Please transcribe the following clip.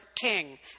King